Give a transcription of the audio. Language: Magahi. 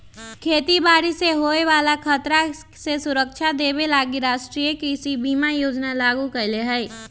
खेती बाड़ी से होय बला खतरा से सुरक्षा देबे लागी राष्ट्रीय कृषि बीमा योजना लागू कएले हइ